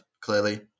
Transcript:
clearly